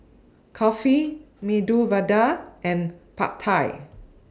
Kulfi Medu Vada and Pad Thai